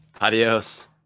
Adios